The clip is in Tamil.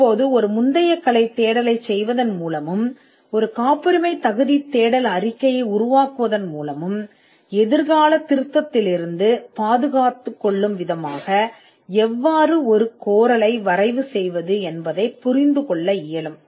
இப்போது ஒரு முந்தைய கலைத் தேடலைச் செய்வதன் மூலமும் காப்புரிமைத் தேடல் அறிக்கையை உருவாக்குவதன் மூலமும் உங்களைப் பாதுகாத்துக் கொள்ளும் வகையில் அல்லது எதிர்காலத் திருத்தத்திலிருந்து உங்களைப் பாதுகாத்துக் கொள்ளும் வகையில் ஒரு கோரிக்கையை எவ்வாறு உருவாக்குவது என்பதை நீங்கள் புரிந்துகொள்வீர்கள்